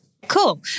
Cool